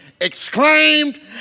exclaimed